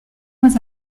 moins